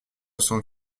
cent